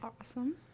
Awesome